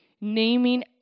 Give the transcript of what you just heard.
Naming